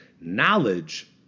Knowledge